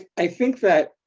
i think that